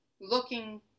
looking